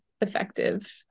effective